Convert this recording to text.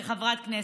כחברת כנסת.